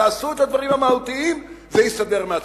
תעשו את הדברים המהותיים, וזה יסתדר מעצמו.